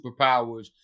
superpowers